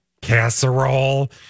casserole